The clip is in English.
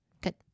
Good